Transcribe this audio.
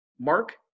Mark